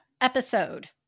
episode